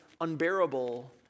unbearable